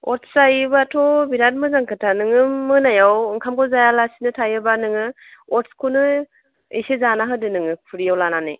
oats जायोबाथ' बिराद मोजां खोथा नोङो मोनायाव ओंखामखौ जायालासेनो थायोबा नोङो अटचखौनो एसे जाना होदो नोङो खुरैयाव लानानै